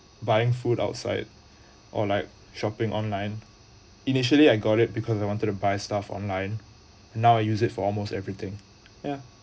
buying food outside or like shopping online initially I got it because you wanted to buy stuff online now use it for almost everything ya